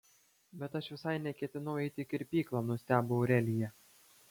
bet aš visai neketinau eiti į kirpyklą nustebo aurelija